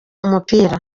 umupira